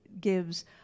gives